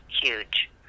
huge